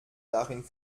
darin